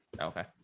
okay